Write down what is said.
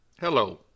Hello